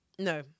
No